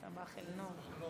סבאח א-נור.